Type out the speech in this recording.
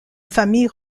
famille